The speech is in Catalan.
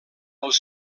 els